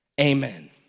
Amen